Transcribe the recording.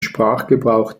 sprachgebrauch